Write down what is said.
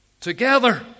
together